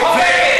היא חוגגת.